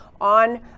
on